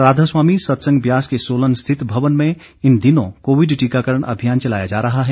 राधास्वामी सत्संग ब्यास के सोलन स्थित भवन में इन दिनों कोविड टीकाकरण अभियान चलाया जा रहा है